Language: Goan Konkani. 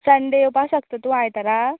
संडे येवपा शकता तूं आयताराक